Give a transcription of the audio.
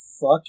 fuck